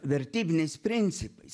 vertybiniais principais